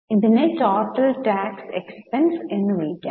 ഇതിനെ total tax expense എന്ന് വിളിക്കാം